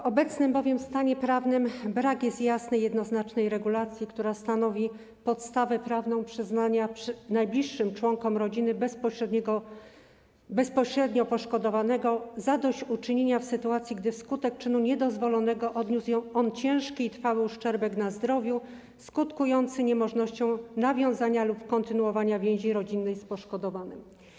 W obecnym bowiem stanie prawnym brak jest jasnej, jednoznacznej regulacji, która stanowiłaby podstawę prawną przyznania najbliższym członkom rodziny bezpośrednio poszkodowanego zadośćuczynienia w sytuacji, gdy wskutek czynu niedozwolonego odniósł on ciężki i trwały uszczerbek na zdrowiu, skutkujący niemożnością nawiązania lub kontynuowania więzi rodzinnej z poszkodowanym.